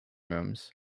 rooms